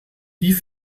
die